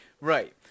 Right